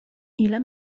ile